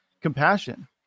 compassion